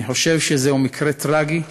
אני חושב שזהו מקרה טרגי,